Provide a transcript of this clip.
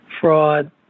fraud